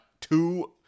two